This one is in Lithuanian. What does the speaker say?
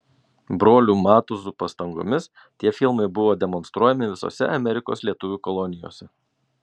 brolių matuzų pastangomis tie filmai buvo demonstruojami visose amerikos lietuvių kolonijose